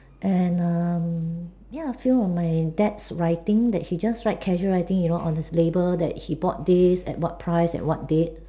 and um ya few of my dad's writing that he just write casual writing you know on his labour that he bought this at what price at what date